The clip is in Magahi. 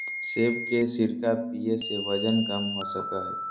सेब के सिरका पीये से वजन कम हो सको हय